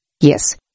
Yes